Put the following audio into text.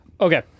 Okay